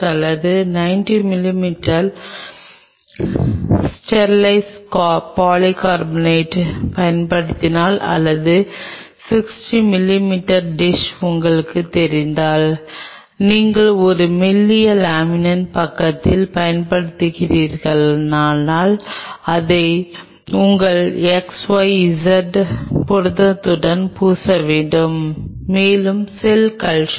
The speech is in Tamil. எனவே செறிவை அதிகரிப்பது மற்றொரு வார்த்தையில் நீங்கள் என்ன செய்கிறீர்கள் என்பது கொலாஜனின் செறிவை அதிகரிப்பதன் மூலம் ஆழமான அம்சத்தை அறிமுகப்படுத்துகிறீர்கள் இதன் மூலம் நீங்கள் அதிக கொலாஜன் மூலக்கூறுகளை நெருங்கி வருகிறீர்கள்